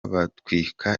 batwika